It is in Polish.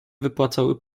wypłacały